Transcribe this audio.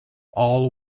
all